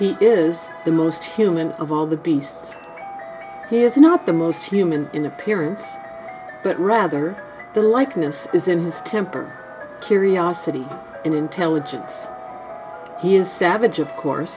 he is the most human of all the beasts he is not the most human in appearance but rather the likeness is in his temper curiosity and intelligence he is savage of course